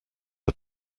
are